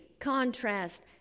contrast